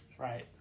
Right